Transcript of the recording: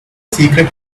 secret